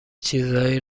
چیزایی